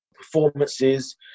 Performances